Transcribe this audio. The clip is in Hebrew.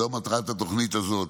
זו מטרת התוכנית הזאת.